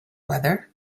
weather